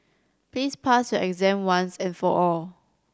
please pass your exam once and for all